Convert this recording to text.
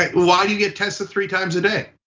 like why do you get tested three times a day?